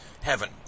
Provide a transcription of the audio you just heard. Heaven